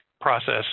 process